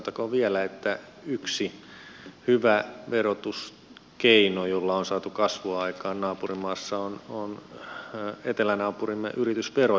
sanottakoon vielä että yksi hyvä verotuskeino jolla on saatu kasvua aikaan naapurimaassa on etelänaapurimme yritysvero